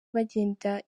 bagenda